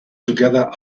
together